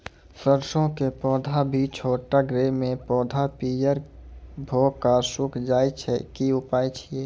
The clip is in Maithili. सरसों के पौधा भी छोटगरे मे पौधा पीयर भो कऽ सूख जाय छै, की उपाय छियै?